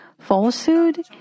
falsehood